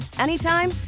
anytime